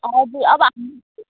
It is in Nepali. हजुर अब